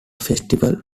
festival